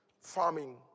farming